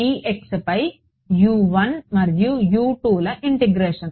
dxపై మరియు ల ఇంటిగ్రేషన్